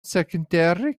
secondary